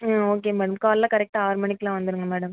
ம் okay ma'am காலைல கரெக்டாக ஆறு மணிக்கெலாம் வந்துடுங்க மேடம்